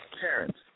parents